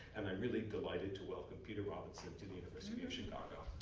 and i'm really delighted to welcome peter robinson to the university of chicago.